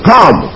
Come